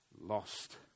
lost